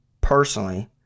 personally